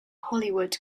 hollywood